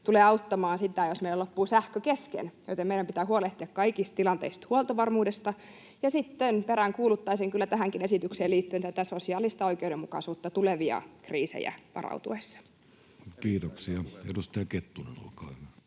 tule auttamaan siinä, jos meillä loppuu sähkö kesken, joten meidän pitää huolehtia kaikista tilanteista, huoltovarmuudesta. Ja sitten peräänkuuluttaisin kyllä tähänkin esitykseen liittyen tätä sosiaalista oikeudenmukaisuutta tuleviin kriiseihin varauduttaessa. Kiitoksia. — Edustaja Kettunen, olkaa hyvä.